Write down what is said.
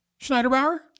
Schneiderbauer